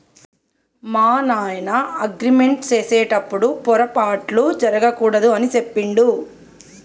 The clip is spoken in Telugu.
మా నాయన అగ్రిమెంట్ సేసెటప్పుడు పోరపాట్లు జరగకూడదు అని సెప్పిండు